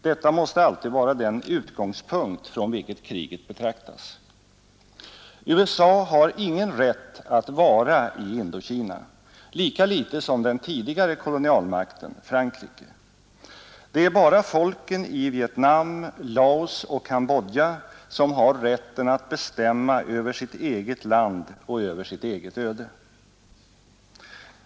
Detta måste alltid vara den utgångspunkt från vilken kriget betraktas. USA har ingen rätt att vara i Indokina, lika litet som den tidigare kolonialmakten Frankrike hade det. Det är bara folken i Vietnam, Laos och Cambodja som har rätten att bestämma över sitt eget land och över sitt eget öde.